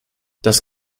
das